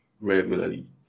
regularly